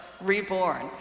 reborn